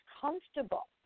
comfortable